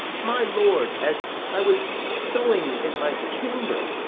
my lord, as i was sewing in my chamber,